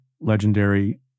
legendary